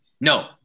no